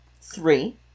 three